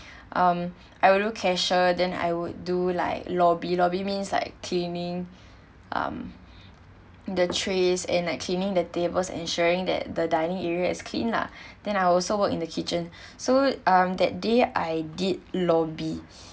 um I would do cashier than I would do like lobby lobby means like cleaning um the trays and like cleaning the tables ensuring that the dining area is clean lah then I also work in the kitchen so um that day I did lobby